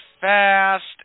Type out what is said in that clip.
fast